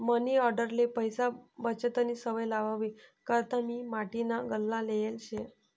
मनी आंडेरले पैसा बचतनी सवय लावावी करता मी माटीना गल्ला लेयेल शे